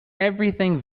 everything